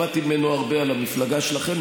למדתי ממנו הרבה על המפלגה שלכם,